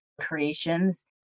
creations